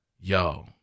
yo